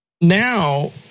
now